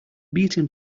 beaten